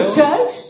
church